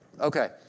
Okay